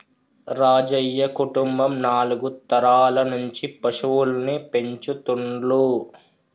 రాజయ్య కుటుంబం నాలుగు తరాల నుంచి పశువుల్ని పెంచుతుండ్లు